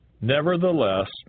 Nevertheless